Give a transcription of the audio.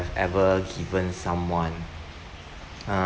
ever given someone uh